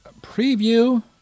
preview